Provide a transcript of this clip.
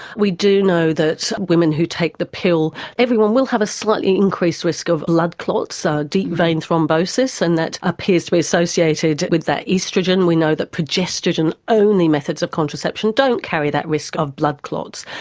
we do know that women who take the pill, everyone will have a slightly increased risk of blood clots, ah deep vein thrombosis, and that appears to be associated with that oestrogen. we know that progestogen-only methods of contraception don't carry that risk of blood clots.